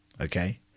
Okay